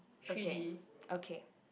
okay okay